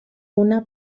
una